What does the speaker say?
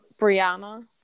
brianna